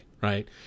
right